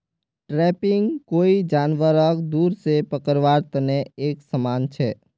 trapping कोई जानवरक दूर से पकड़वार तने एक समान छे